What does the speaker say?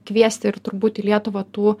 kviesti ir turbūt į lietuvą tų